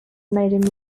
made